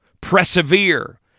persevere